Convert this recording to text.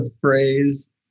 phrase